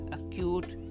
acute